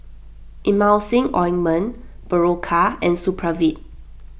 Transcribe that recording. Emulsying Ointment Berocca and Supravit